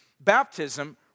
baptism